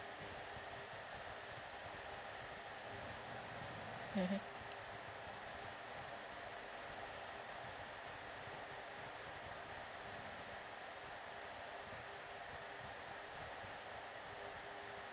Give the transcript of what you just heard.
mmhmm